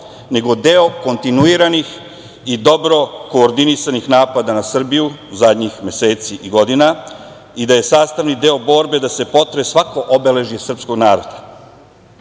nego deo kontinuiranih i dobro koordinisanih napada na Srbiju zadnjih meseci i godina i da je sastavni deo borbe da se potre svako obeležje srpskog